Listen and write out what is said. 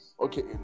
Okay